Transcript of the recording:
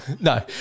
No